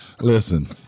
Listen